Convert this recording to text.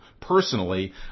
personally